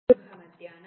ಶುಭ ಮಧ್ಯಾಹ್ನ